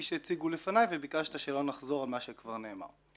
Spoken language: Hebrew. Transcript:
שהציגו לפניי וביקשת שלא נחזור על מה שכבר נאמר.